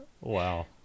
Wow